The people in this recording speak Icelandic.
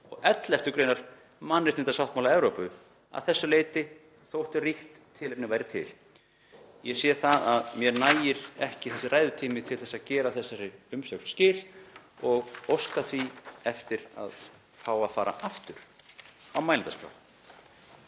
og 11. gr. mannréttindasáttmála Evrópu að þessu leyti þótt ríkt tilefni væri til …““ Ég sé það að mér nægir ekki þessi ræðutími til að gera þessari umsögn skil og óska því eftir að fá að fara aftur á mælendaskrá.